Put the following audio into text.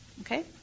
okay